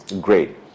Great